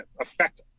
affect